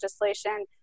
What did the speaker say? legislation